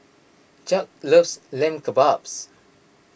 Chuck loves Lamb Kebabs